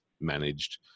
managed